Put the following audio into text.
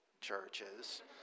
churches